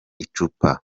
icupa